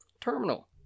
terminal